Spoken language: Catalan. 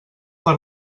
per